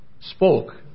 spoke